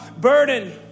burden